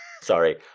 Sorry